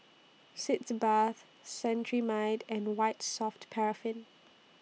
Sitz Bath Cetrimide and White Soft Paraffin